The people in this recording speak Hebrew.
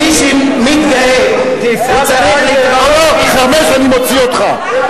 מי שמתגאה וצריך להתגאות, חרמש, אני מוציא אותך.